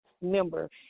member